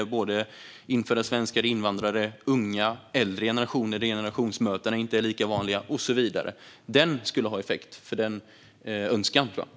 Det gäller infödda svenskar, invandrare, unga, äldre generationer där generationsmöten inte är lika vanliga och så vidare. Den reformen skulle ha effekt eftersom det finns en önskan om den.